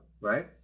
right